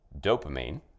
dopamine